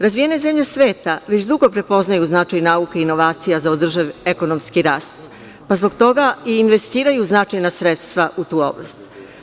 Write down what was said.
Razvijene zemlje sveta već dugo prepoznaju značaj nauke, inovacija za održiv ekonomski rast, pa zbog toga i investiraju značajna sredstva u tu oblast.